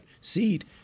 seed